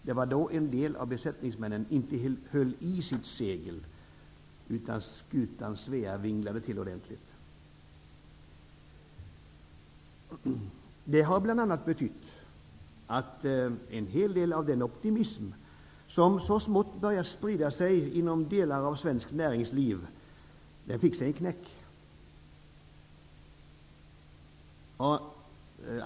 Det var då som en del av besättningsmännen inte höll i sitt segel, utan skutan Svea vinglade till ordentligt. Det har bl.a. betytt att en hel del av den optimism som så smått börjat sprida sig inom delar av svenskt näringsliv fick sig en knäck.